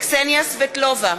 קסניה סבטלובה,